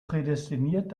prädestiniert